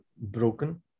broken